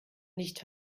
nicht